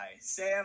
Sam